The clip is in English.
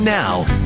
now